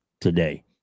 today